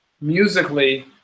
musically